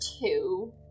two